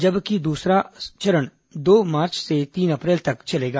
जबकि सत्र का दूसरा चरण दो मार्च से तीन अप्रैल तक चलेगा